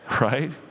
Right